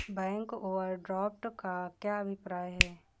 Bank overdraft का क्या अभिप्राय है?